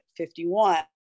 51